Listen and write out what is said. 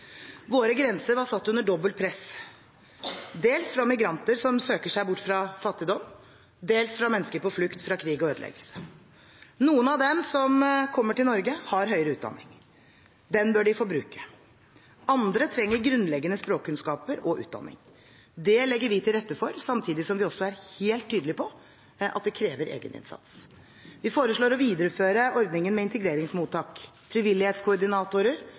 Våre grenser var satt under dobbelt press – dels fra migranter som søker seg bort fra fattigdom, dels fra mennesker på flukt fra krig og ødeleggelse. Noen av dem som kommer til Norge, har høyere utdanning. Den bør de få bruke. Andre trenger grunnleggende språkkunnskaper og utdanning. Det legger vi til rette for, samtidig som vi også er helt tydelige på at det krever egeninnsats. Vi foreslår å videreføre ordningene med integreringsmottak, frivillighetskoordinatorer